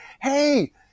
hey